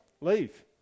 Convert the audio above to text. leave